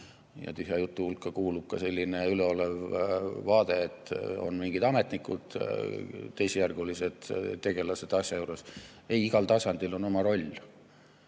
Ja tühja jutu hulka kuulub ka selline üleolev väide, et on mingid ametnikud, teisejärgulised tegelased asja juures. Ei, igal tasandil on oma roll.